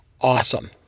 awesome